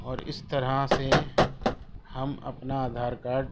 اور اس طرح سے ہم اپنا آدھار کاڈ